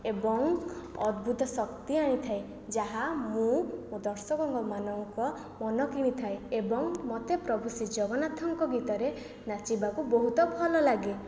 ଏବଂ ଅଦ୍ଭୁତ ଶକ୍ତି ଆଣିଥାଏ ଯାହା ମୁଁ ମୋ ଦର୍ଶକଙ୍କ ମାନଙ୍କ ମନ କିଣିଥାଏ ଏବଂ ମୋତେ ପ୍ରଭୁ ଶ୍ରୀ ଜଗନ୍ନାଥଙ୍କ ଗୀତରେ ନାଚିବାକୁ ବହୁତ ଭଲ ଲାଗେ